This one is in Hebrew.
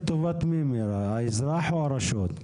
לטובת האזרח או הרשות?